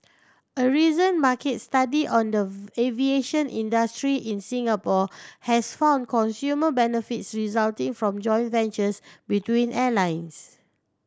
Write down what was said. a recent market study on the aviation industry in Singapore has found consumer benefits resulting from joint ventures between airlines